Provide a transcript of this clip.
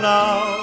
now